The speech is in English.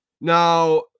Now